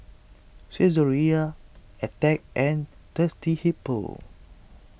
Saizeriya Attack and Thirsty Hippo